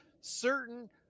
certain